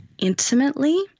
intimately